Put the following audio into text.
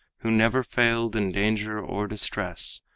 who never failed in danger or distress,